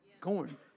corn